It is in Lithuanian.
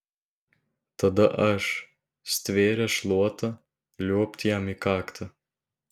tada aš stvėręs šluotą liuobt jam į kaktą